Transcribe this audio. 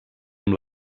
amb